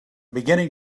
beginning